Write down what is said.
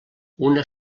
una